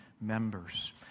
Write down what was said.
members